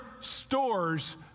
stores